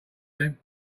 them